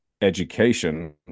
education